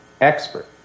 expert